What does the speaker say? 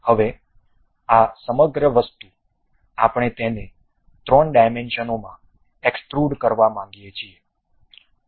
હવે આ સમગ્ર વસ્તુ આપણે તેને 3 ડાયમેન્શનોમાં એક્સટ્રુડ કરવા માંગીએ છીએ